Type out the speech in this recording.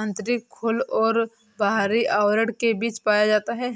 आंतरिक खोल और बाहरी आवरण के बीच पाया जाता है